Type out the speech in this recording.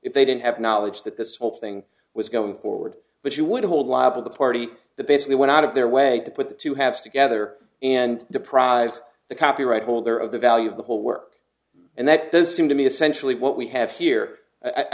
if they didn't have knowledge that this whole thing was going forward but you would hold liable the party that basically went out of their way to put the two halves together and deprive the copyright holder of the value of the whole work and that does seem to me essentially what we have here i